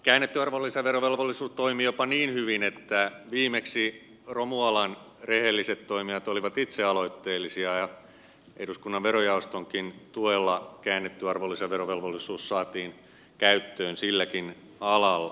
käännetty arvonlisäverovelvollisuus toimii jopa niin hyvin että viimeksi romualan rehelliset toimijat olivat itse aloitteellisia ja eduskunnan verojaostonkin tuella käännetty arvonlisäverovelvollisuus saatiin käyttöön silläkin alalla